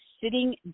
sitting